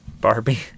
Barbie